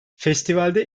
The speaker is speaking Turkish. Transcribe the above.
festivalde